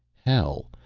hell,